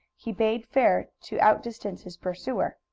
he bade fair to outdistance his pursuer.